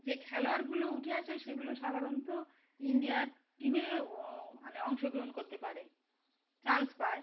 যে খেলোয়াড়গুলো উঠে আসে সেগুলো সাধারণত ইন্ডিয়ার টিমে ও মানে অংশগ্রহণ করতে পারে চান্স পায়